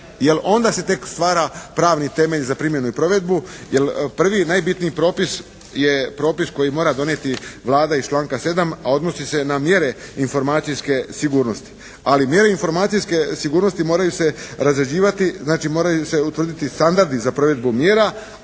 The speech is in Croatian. onda se tek stvara pravni temelj za primjenu i provedbu jer prvi najbitniji propis je propis koji mora donijeti Vlada iz članka 7. a odnosi se na mjere informacijske sigurnosti. Ali mjere informacijske sigurnosti moraju se razrađivati, znači moraju se utvrditi standardi za provedbu mjera